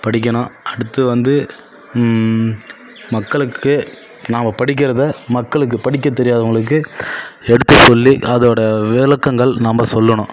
படிக்கணும் அடுத்து வந்து மக்களுக்கு நாம படிக்கிறத மக்களுக்கு படிக்க தெரியாதவங்களுக்கு எடுத்து சொல்லி அதோடய விளக்கங்கள் நம்ம சொல்லணும்